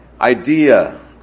idea